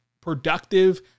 productive